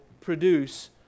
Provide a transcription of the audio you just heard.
produce